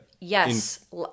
Yes